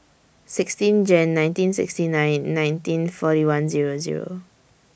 sixteen Jan nineteen sixty nine nineteen forty one Zero Zero